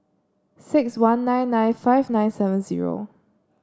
six one nine nine five nine seven zero